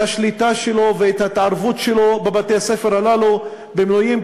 השליטה שלו ואת ההתערבות שלו בבתי-ספר הללו במינויים,